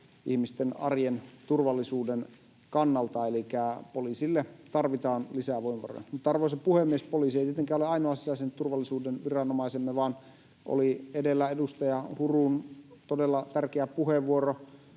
ihmisten arjen turvallisuuden kannalta. Elikkä poliisille tarvitaan lisää voimavaroja. Mutta, arvoisa puhemies, poliisi ei tietenkään ole ainoa sisäisen turvallisuuden viranomaisemme, vaan edellä oli edustaja Hurun todella tärkeä puheenvuoro